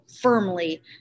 firmly